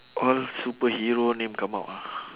all superhero name come out ah